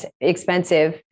expensive